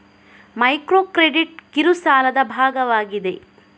micro credit ಕಿರು ಸಾಲದ ಭಾಗವಾಗಿದೆ